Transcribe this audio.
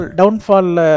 downfall